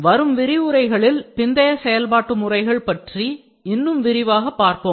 வரும் விரிவுரைகளில் பிந்தைய செயல்பாட்டு முறைகள் பற்றி இன்னும் விரிவாக பார்ப்போம்